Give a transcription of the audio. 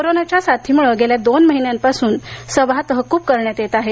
कोरोनाच्या साथीमुळे गेल्या दोन महिन्यापासून सभा तहकूब करण्यात येत आहे